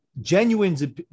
genuine